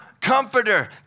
comforter